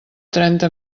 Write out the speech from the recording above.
trenta